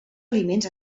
aliments